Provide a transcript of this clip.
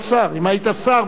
היית משיב ויכול לענות לו.